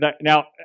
now